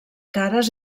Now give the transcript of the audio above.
cares